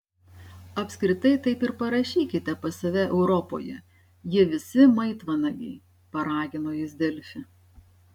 apskritai taip ir parašykite pas save europoje jie visi maitvanagiai paragino jis delfi